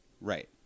right